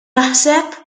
naħseb